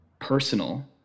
personal